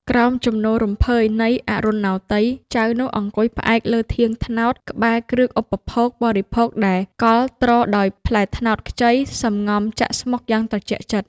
ក្រោមជំនោររំភើយនៃអរុណោទ័យ ចៅនោះអង្គុយផ្អែកលើធាងត្នោតក្បែរគ្រឿងឧបភោគ បរិភោគដែលកល់ទ្រដោយផ្លែត្នោតខ្ចី សំងំចាក់ស្មុគយ៉ាងត្រជាក់ចិត្ត។